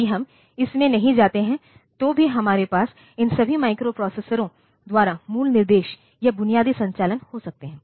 यदि हम इसमें नहीं जाते हैं तो भी हमारे पास इन सभी माइक्रोप्रोसेसरों द्वारा मूल निर्देश या बुनियादी संचालन हो सकते हैं